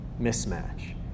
mismatch